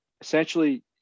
essentially